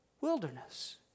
wilderness